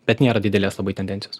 bet nėra didelės labai tendencijos